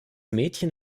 mädchen